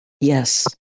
Yes